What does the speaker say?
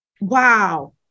wow